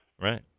Right